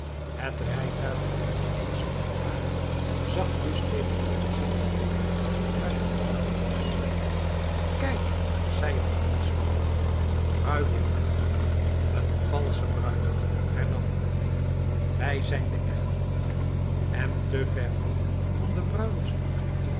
het rijtuig waarin de gemaskerden waren zag dus tegenover zich het rijtuig waarin de bruid was kijk zei een gemaskerde een bruiloft een valsche bruiloft hernam een ander wij zijn de echte en te ver af om den bruiloftsstoet te